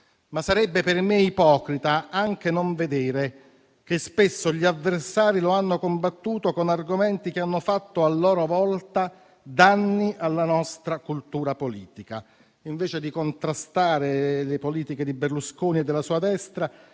per me altresì ipocrita non vedere che spesso gli avversari lo hanno combattuto con argomenti che hanno fatto, a loro volta, danni alla nostra cultura politica. Invece di contrastare le politiche di Berlusconi e della sua destra,